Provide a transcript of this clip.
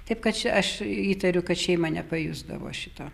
taip kad čia aš įtariu kad šeima nepajusdavo šito